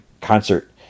concert